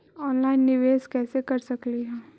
Online निबेस कैसे कर सकली हे?